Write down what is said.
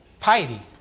Piety